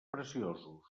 preciosos